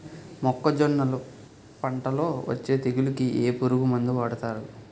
మొక్కజొన్నలు పంట లొ వచ్చే తెగులకి ఏ పురుగు మందు వాడతారు?